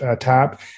tab